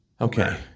Okay